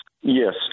Yes